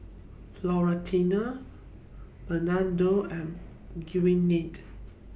Florentino Bernardo and Gwyneth